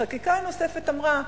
החקיקה הנוספת אמרה: